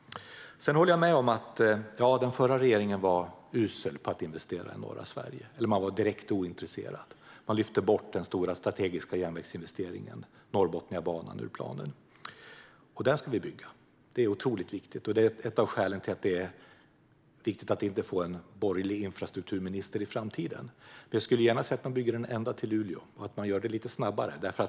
Sedan håller jag med om att den förra regeringen var usel på eller direkt ointresserad av att investera i norra Sverige. Man lyfte bort den stora strategiska järnvägsinvesteringen Norrbotniabanan ur planen. Den ska vi bygga. Det är otroligt viktigt. Det är ett av skälen till att det är viktigt att vi inte får en borgerlig infrastrukturminister i framtiden. Men jag skulle gärna se att man bygger den ända till Luleå och att man gör det lite snabbare.